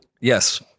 Yes